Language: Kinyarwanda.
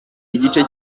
igice